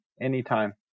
anytime